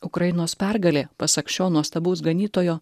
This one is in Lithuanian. ukrainos pergalė pasak šio nuostabaus ganytojo